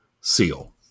Seal